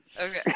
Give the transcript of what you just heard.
okay